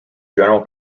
general